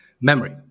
memory